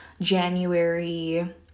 January